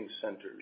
centers